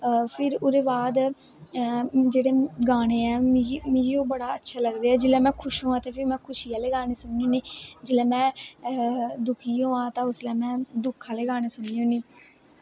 फिर ओह्दे बाद जेह्ड़े गाने ऐं मिगी ओह् बड़े अच्छे लगदे ऐ जिसलै में खुश होआं ते खुशी आह्ले गाने सुनने होनी जिसलै में दुखी होआं ते में दुख आह्ले गाने सुननी होन्नी